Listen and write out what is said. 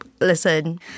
listen